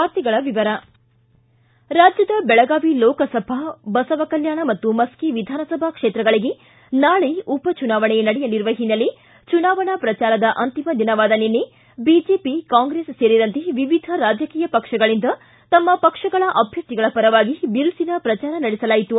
ವಾರ್ತೆಗಳ ವಿವರ ರಾಜ್ದದ ಬೆಳಗಾವಿ ಲೋಕಸಭಾ ಬಸವಕಲ್ಕಾಣ ಮತ್ತು ಮಸ್ಕಿ ವಿಧಾನಸಭಾ ಕ್ಷೇತ್ರಗಳಿಗೆ ನಾಳೆ ಉಪಚುನಾವಣೆ ನಡೆಯಲಿರುವ ಓನ್ನೆಲೆ ಚುನಾವಣಾ ಪ್ರಚಾರದ ಅಂತಿಮ ದಿನವಾದ ನಿನ್ನೆ ಬಿಜೆಪಿ ಕಾಂಗ್ರೆಸ್ ಸೇರಿದಂತೆ ವಿವಿಧ ರಾಜಕೀಯ ಪಕ್ಷಗಳಿಂದ ತಮ್ನ ಪಕ್ಷಗಳ ಅಭ್ಯರ್ಥಿಗಳ ಪರವಾಗಿ ಬಿರುಸಿನ ಪ್ರಜಾರ ನಡೆಸಲಾಯಿತು